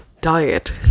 diet